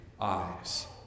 eyes